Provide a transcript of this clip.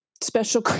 special